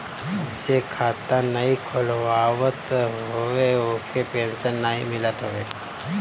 जे खाता नाइ खोलवावत हवे ओके पेंशन नाइ मिलत हवे